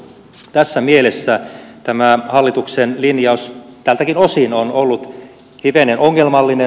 tässä mielessä tämä hallituksen linjaus tältäkin osin on ollut hivenen ongelmallinen